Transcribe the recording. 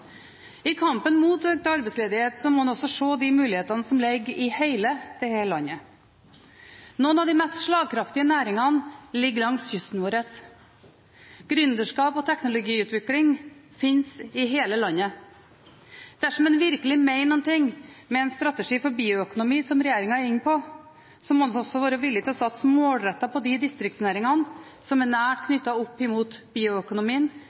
I kampen mot økt arbeidsledighet må en også se de mulighetene som ligger i hele dette landet. Noen av de mest slagkraftige næringene ligger langs kysten vår. Gründerskap og teknologiutvikling finnes i hele landet. Dersom en virkelig mener noe med en strategi for bioøkonomi, som regjeringen er inne på, må en også være villig til å satse målrettet på de distriktsnæringene som er nært knyttet opp imot bioøkonomien,